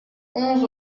onze